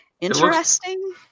interesting